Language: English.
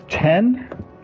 Ten